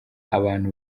abantu